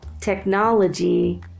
technology